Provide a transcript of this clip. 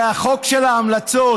הרי החוק של ההמלצות,